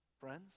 Friends